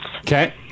Okay